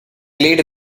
late